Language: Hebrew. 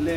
ל...